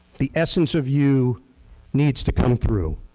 the essence of you needs to come through.